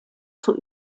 zur